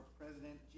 president